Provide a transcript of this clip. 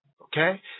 Okay